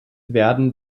werden